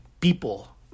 people